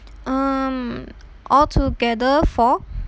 um all together four